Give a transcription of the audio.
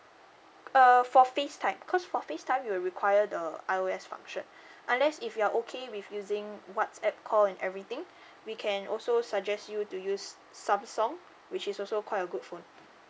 err for facetime cause for facetime it will require the I_O_S function unless if you're okay with using whatsapp call and everything we can also suggest you to use samsung which is also quite a good phone